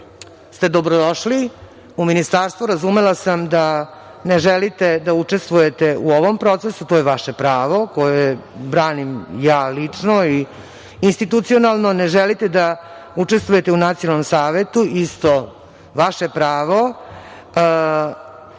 ste dobrodošli u Ministarstvo. Razumela sam da ne želite da učestvujete u ovom procesu. To je vaše pravo, koje branim ja lično i institucionalno. Ne želite da učestvujete u Nacionalnom savetu, isto vaše pravo.